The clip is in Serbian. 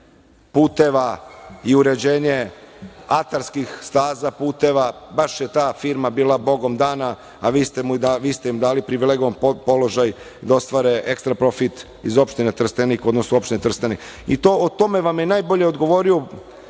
puteva i uređenje atarskih staza, puteva. Baš je ta firma bila bogom dana, a vi ste mu im dali privilegovan položaj da ostvare ekstra profit iz opštine Trstenik, odnosno opštine Trstenik.O tome vam je najbolje odgovorio